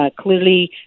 Clearly